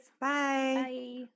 Bye